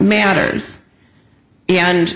matters and